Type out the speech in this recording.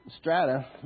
Strata